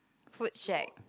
food shack